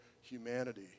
humanity